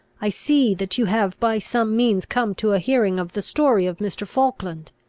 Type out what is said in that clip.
i see that you have by some means come to a hearing of the story of mr. falkland.